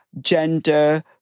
gender